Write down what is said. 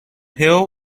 hill